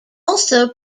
also